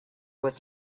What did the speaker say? was